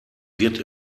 wird